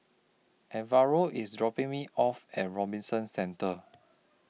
Alvaro IS dropping Me off At Robinson Centre